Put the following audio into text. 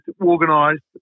organised